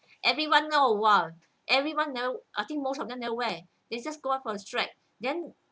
everyone no !wah! everyone ne~ I think most of them never wear they just go out for the strike then